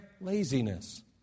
laziness